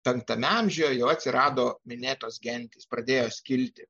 penktame amžiuje jau atsirado minėtos gentys pradėjo skilti